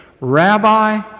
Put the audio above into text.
rabbi